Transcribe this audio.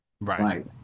right